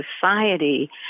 society